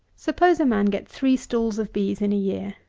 suppose a man get three stalls of bees in a year.